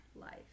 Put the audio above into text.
life